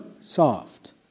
soft